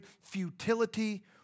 futility